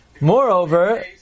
Moreover